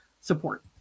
support